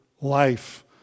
life